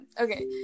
Okay